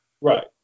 Right